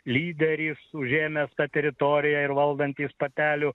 lyderis užėmęs tą teritoriją ir valdantys patelių